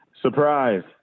Surprise